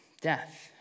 Death